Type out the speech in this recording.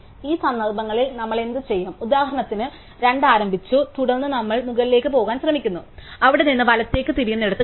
ഈ സന്ദർഭങ്ങളിൽ നമ്മൾ എന്തുചെയ്യും ഉദാഹരണത്തിന് 2 ആരംഭിച്ചു തുടർന്ന് ഞങ്ങൾ മുകളിലേക്ക് പോകാൻ ശ്രമിക്കുന്നു അവിടെ നിന്ന് വലത്തേക്ക് തിരിയുന്നിടത്ത് കാണാം